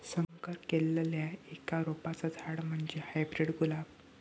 संकर केल्लल्या एका रोपाचा झाड म्हणजे हायब्रीड गुलाब